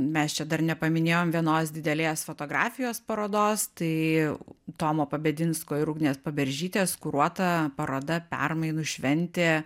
mes čia dar nepaminėjom vienos didelės fotografijos parodos tai tomo pabedinsko ir ugnės paberžytės kuruota paroda permainų šventė